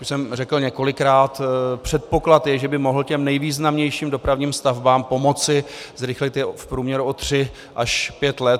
Už jsem řekl několikrát, předpoklad je, že by mohl těm nejvýznamnějším dopravním stavbám pomoci zrychlit v průměru o tři až pět let.